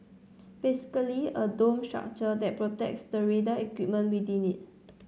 basically a dome structure that protects the radar equipment within it